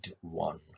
one